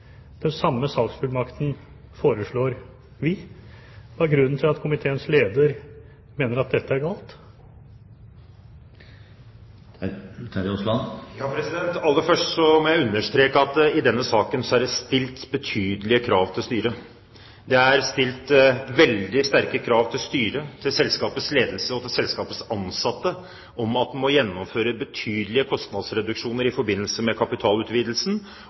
Den samme salgsfullmakten foreslår vi. Hva er grunnen til at komiteens leder mener at dette er galt? Aller først må jeg understreke at i denne saken er det stilt betydelige krav til styret. Det er stilt veldig sterke krav til styret, til selskapets ledelse og til selskapets ansatte om at de må gjennomføre betydelige kostnadsreduksjoner i forbindelse med kapitalutvidelsen